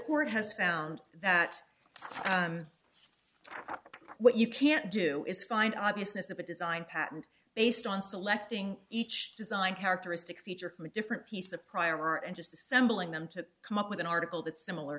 court has found that up what you can't do is find obviousness of a design patent based on selecting each design characteristic feature from a different piece of prior and just assembling them to come up with an article that's similar